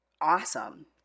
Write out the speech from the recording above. awesome